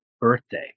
birthday